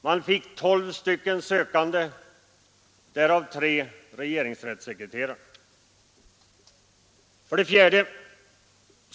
Man fick tolv sökande, därav tre regeringsrättssekreterare. 4.